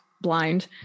blind